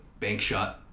Bankshot